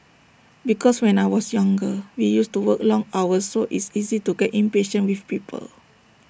because when I was younger we used to work long hours so it's easy to get impatient with people